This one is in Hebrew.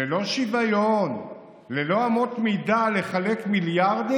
ללא שוויון, ללא אמות מידה, לחלק מיליארדים?